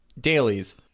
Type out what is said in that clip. dailies